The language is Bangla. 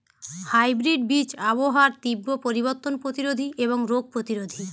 হাইব্রিড বীজ আবহাওয়ার তীব্র পরিবর্তন প্রতিরোধী এবং রোগ প্রতিরোধী